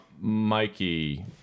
Mikey